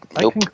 Nope